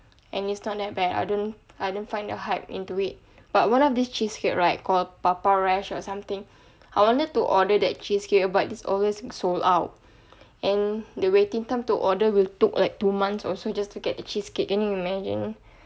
and it's not that bad I don't I didn't find the hype into it but one of these cheesecake right called paparch or something I wanted to order that cheesecake but it's always sold out and the waiting time to order will took like two months also just to get the cheesecake can you imagine